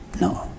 No